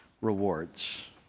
rewards